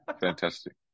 fantastic